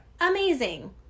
Amazing